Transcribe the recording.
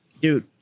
Dude